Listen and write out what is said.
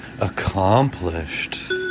accomplished